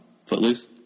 Footloose